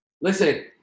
Listen